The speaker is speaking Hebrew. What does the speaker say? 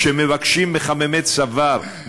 מבקשים מחממי צוואר,